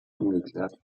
ungeklärt